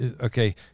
okay